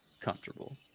comfortable